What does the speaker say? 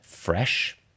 fresh